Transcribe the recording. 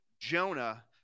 Jonah